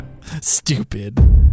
Stupid